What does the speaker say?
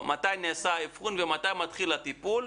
מתי נעשה האבחון ומתי מתחיל הטיפול.